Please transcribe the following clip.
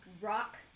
rock